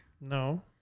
No